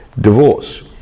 divorce